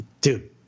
dude